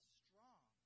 strong